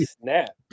snap